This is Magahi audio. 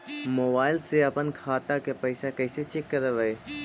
मोबाईल से अपन खाता के पैसा कैसे चेक करबई?